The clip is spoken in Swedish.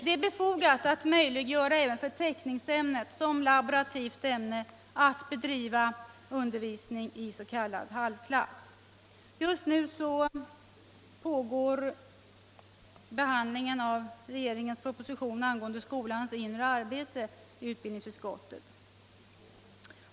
Det är befogat att möjliggöra även när det gäller teckningsämnet, som laborativt ämne, att undervisningen bedrivs i s.k. halvklass. Just nu pågår behandlingen av regeringens proposition om skolans inre arbete i utbildningsutskottet.